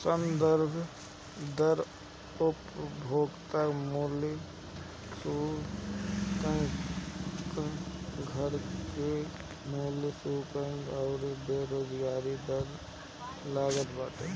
संदर्भ दर उपभोक्ता मूल्य सूचकांक, घर मूल्य सूचकांक अउरी बेरोजगारी दर पअ लागत बाटे